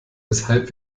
weshalb